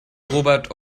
robert